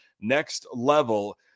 next-level